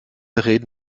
reden